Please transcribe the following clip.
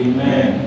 Amen